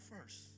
first